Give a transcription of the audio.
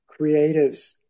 creatives